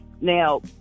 Now